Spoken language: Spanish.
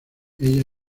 ella